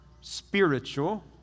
spiritual